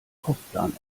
kochplan